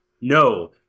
No